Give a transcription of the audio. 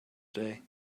day